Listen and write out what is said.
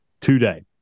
today